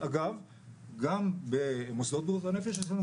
גם מנהלי מוסדות בריאות ואנחנו רואים שיש מחסור,